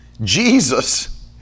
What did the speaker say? Jesus